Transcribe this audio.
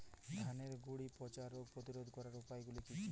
ধানের গুড়ি পচা রোগ প্রতিরোধ করার উপায়গুলি কি কি?